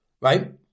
Right